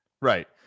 Right